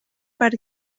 per